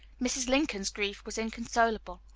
mrs. lincoln's grief was inconsolable.